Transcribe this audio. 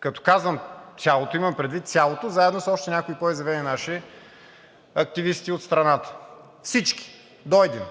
Като казвам цялото, имам предвид цялото, заедно с още някои по-изявени наши активисти от страната. Всички до един.